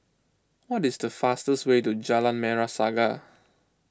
what is the fastest way to Jalan Merah Saga